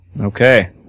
Okay